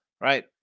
Right